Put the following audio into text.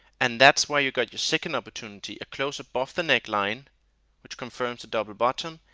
and that's where you get your second opportunity. a close above the neckline which confirms the double bottom.